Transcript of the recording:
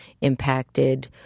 impacted